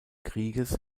krieges